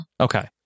okay